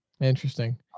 Interesting